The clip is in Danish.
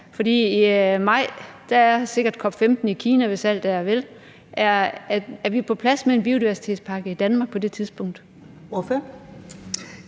til den tid, være COP15 i Kina, og er vi på plads med en biodiversitetspakke i Danmark på det tidspunkt?